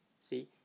See